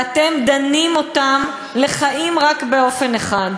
ואתם דנים אותם לחיים רק באופן אחד.